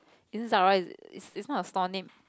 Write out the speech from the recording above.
is it Zara is is not a store name